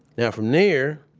now from there,